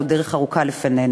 ועוד דרך ארוכה לפנינו.